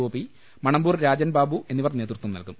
ഗോപി മണമ്പൂർ രാജൻ ബാബു എന്നിവർ നേതൃത്വം നൽകും